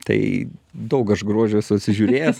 tai daug aš grožio esu atsižiūrėjęs